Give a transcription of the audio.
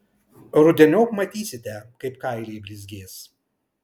rudeniop matysite kaip kailiai blizgės